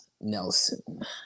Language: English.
Nelson